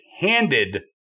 handed